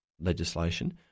legislation